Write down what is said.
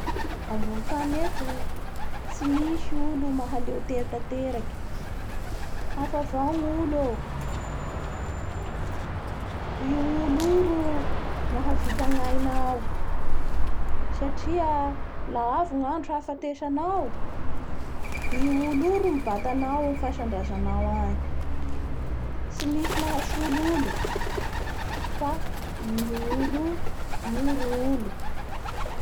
Ambony tany eto tsy misy olo mahaleo tena tanteraky hafa avao gnolo oo, i olo io ro mahavita ny aianao satria laha avy gnadro hahafatesanao i olo io ro miobata anao amin'ny fasandrazanao agny tsy misy mahsolo olo fa i olo io ro olo